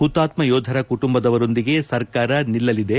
ಪುತಾತ್ತ ಯೋಧರ ಕುಟುಂಬದವರೊಂದಿಗೆ ಸರ್ಕಾರ ನಿಲ್ಲಲಿದೆ